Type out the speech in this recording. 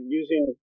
using